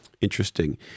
Interesting